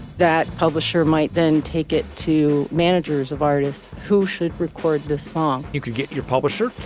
that publisher might then take it to managers of artists who should record the song. you could get your publisher.